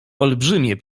olbrzymie